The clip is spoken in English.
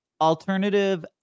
alternative